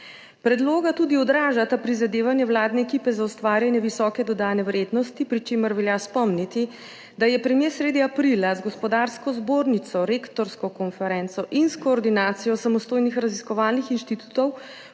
Predloga tudi odražata prizadevanje vladne ekipe za ustvarjanje visoke dodane vrednosti, pri čemer velja spomniti, da je premier sredi aprila z Gospodarsko zbornico, Rektorsko konferenco in s Koordinacijo samostojnih raziskovalnih inštitutov